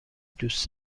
دوست